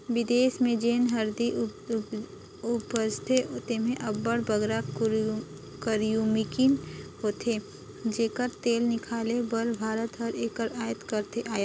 बिदेस में जेन हरदी उपजथे तेम्हें अब्बड़ बगरा करक्यूमिन होथे जेकर तेल हिंकाले बर भारत हर एकर अयात करथे